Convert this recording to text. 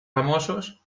famosos